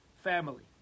family